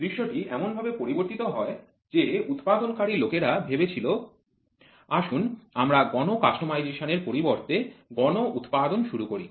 দৃশ্যটি এমন ভাবে পরিবর্তন হয় যে উৎপাদনকারী লোকেরা ভেবেছিল আসুন আমরা গণ কাস্টমাইজেশন এর পরিবর্তে গণ উৎপাদন শুরু করি